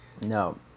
No